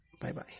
Bye-bye